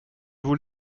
vous